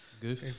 Goof